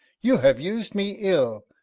you have used me ill,